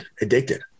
addicted